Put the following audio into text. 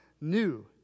new